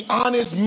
honest